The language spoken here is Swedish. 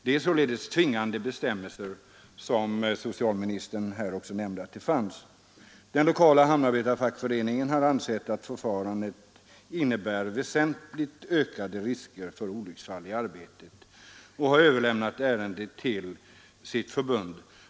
Det är således tvingande bestämmelser, som socialministern också nämnde att det fanns. Den lokala hamnarbetarfackföreningen har ansett att förfarandet innebär väsentligt ökade risker för olycksfall i arbetet och överlämnat ärendet till sitt förbund.